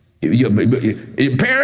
Parents